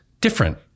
different